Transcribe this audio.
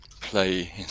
play